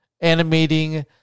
animating